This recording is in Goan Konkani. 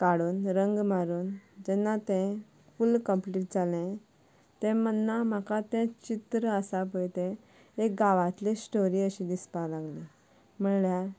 काडून रंग मारून जेन्ना तें फुल्ल कम्पलीट जालें तें म्हणना म्हाका तें आसा पळय तें एक गांवांतली स्टोरी अशी दिसपाक लागली म्हणल्यार